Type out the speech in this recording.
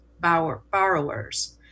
borrowers